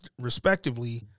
respectively